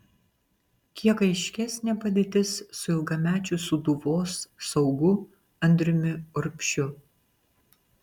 kiek aiškesnė padėtis su ilgamečiu sūduvos saugu andriumi urbšiu